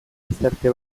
gizarte